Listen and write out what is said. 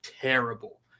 terrible